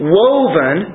woven